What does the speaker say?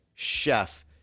Chef